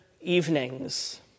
evenings